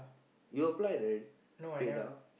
you applied right Pay-Now